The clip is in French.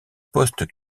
post